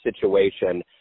situation